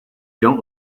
don’t